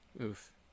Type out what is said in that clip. Oof